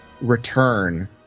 return